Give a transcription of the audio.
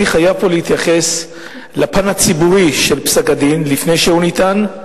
אני חייב להתייחס פה לפן הציבורי של פסק-הדין לפני שהוא ניתן,